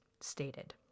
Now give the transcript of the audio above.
stated